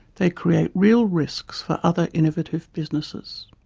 they create real risks for other innovative businesses.